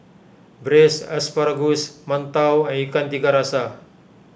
Braised Asparagus Mantou Ikan Tiga Rasa